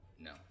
no